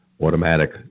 automatic